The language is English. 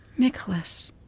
nicholas?